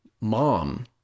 mom